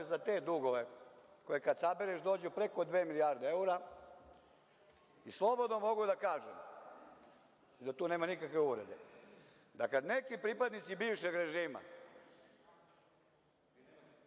za te dugove koje kad sabereš dođu preko dve milijarde evra i slobodno mogu da kažem da tu nema nikakve uvrede. Da kada neki pripadnici bivšeg režima,